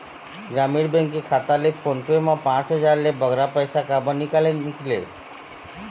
ग्रामीण बैंक के खाता ले फोन पे मा पांच हजार ले बगरा पैसा काबर निकाले निकले?